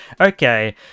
okay